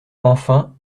enfin